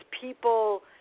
people –